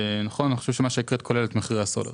נכון, אני חושב שמה שהקראת כולל את מחירי הסולר.